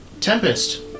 Tempest